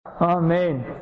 Amen